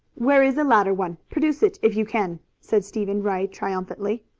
where is a later one? produce it if you can? said stephen ray triumphantly.